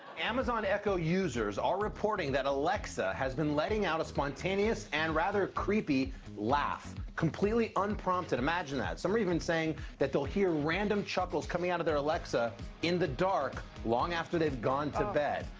amazon echo users are reporting that alexa has been letting out a spontaneous and rather creepy laugh. completely unprompted, imagine that. some are even saying that they'll hear random chuckles coming out of their alexa in the dark long after they've gone to bed.